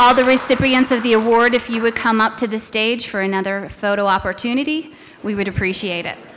all the recipients of the award if you would come up to the stage for another photo opportunity we would appreciate it